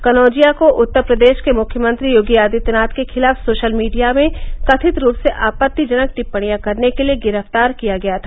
कनौजिया को उत्तरप्रदेश के मुख्यमंत्री योगी आदित्यनाथ के खिलाफ सोशल मीडिया में कथित रूप से आपत्तिजनक टिप्पणियां करने के लिए गिरफ्तार किया गया था